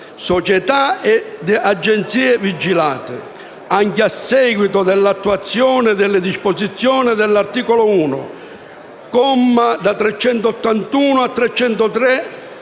società ed agenzie vigilati, anche a seguito dell’attuazione delle disposizioni dell’articolo 1, commi da 381 a 383,